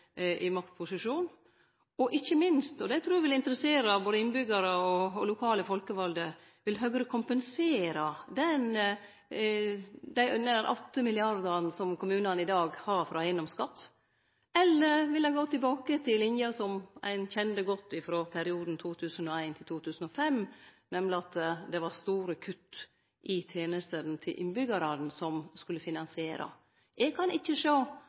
i maktposisjon, og ikkje minst – og det trur eg vil interessere både innbyggjarar og lokale folkevalde – om Høgre vil kompensere dei nær 8 mrd. kr som kommunane i dag har frå eigedomsskatt, eller gå tilbake til den linja som ein kjenner godt frå perioden 2001–2005, nemleg at det var store kutt i tenestene til innbyggjarane som skulle finansiere dette. Eg kan ikkje sjå